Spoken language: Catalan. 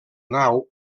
nau